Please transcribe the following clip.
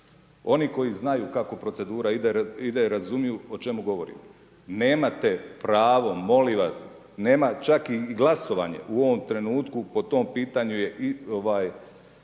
Oni koji znaju kako procedura ide, razumiju o čemu govorim. Nemate pravo molim vas, nema, čak i glasovanje u ovom trenutku po tom pitanju je ovaj,